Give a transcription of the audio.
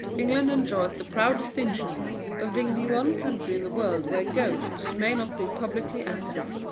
england enjoys the proud distinction of being the one country in the world where ghosts may not be publicly acted.